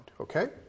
okay